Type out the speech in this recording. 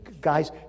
Guys